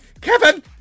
Kevin